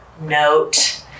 note